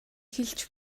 хэлж